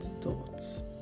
thoughts